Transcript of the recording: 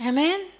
Amen